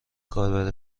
کار